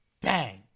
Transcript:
Bang